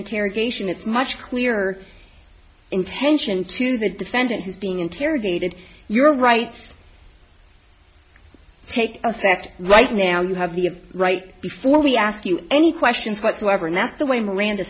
interrogation it's much clearer intention to the defendant who's being interrogated your rights take effect right now you have the right before we ask you any questions whatsoever and that's the way